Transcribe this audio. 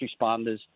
responders